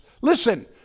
listen